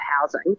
housing